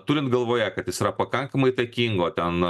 turint galvoje kad jis yra pakankamai įtakingo ten